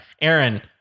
Aaron